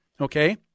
okay